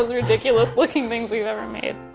ridiculous looking things we've ever made.